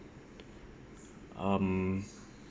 um